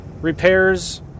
repairs